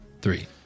three